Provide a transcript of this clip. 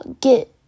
get